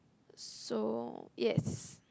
so yes